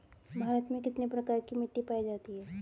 भारत में कितने प्रकार की मिट्टी पाई जाती हैं?